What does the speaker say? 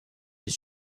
est